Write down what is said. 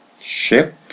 ship